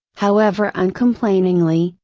however uncomplainingly,